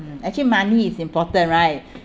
actually money is important right